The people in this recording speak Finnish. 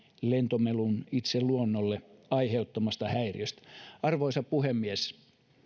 lentomelun itse luonnolle aiheuttamasta häiriöstä arvoisa puhemies